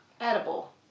edible